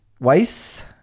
Weiss